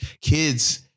kids